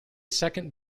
second